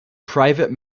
private